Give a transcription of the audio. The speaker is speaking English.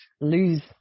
lose